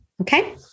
Okay